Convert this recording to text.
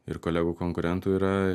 ir kolegų konkurentų yra